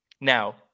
Now